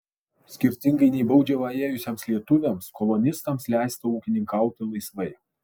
skirtingai nei baudžiavą ėjusiems lietuviams kolonistams leista ūkininkauti laisvai